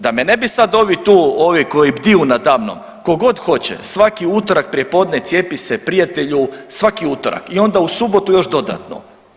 Da me ne bi sad ovi tu ovi koji bdiju nada mnom ko god hoće svaki utorak prijepodne cijepi se prijatelju, svaki utorak i onda u subotu još dodatno.